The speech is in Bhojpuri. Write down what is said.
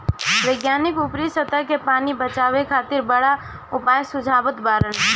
वैज्ञानिक ऊपरी सतह के पानी बचावे खातिर बड़ा उपाय सुझावत बाड़न